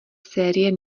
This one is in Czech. série